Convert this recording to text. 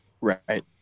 Right